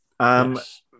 Yes